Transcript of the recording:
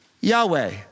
Yahweh